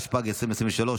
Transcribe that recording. התשפ"ג 2023,